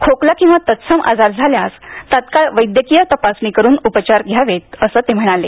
खोकला किंवा तत्सम आजार झाल्यास तात्काळ वैद्यकीय तपासणी करून उपचार करून घ्यावेत असं ते म्हणाले